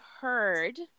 heard